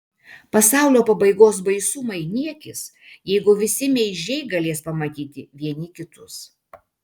pasaulio pabaigos baisumai niekis jeigu visi meižiai galės pamatyti vieni kitus